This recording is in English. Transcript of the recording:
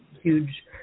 Huge